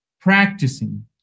practicing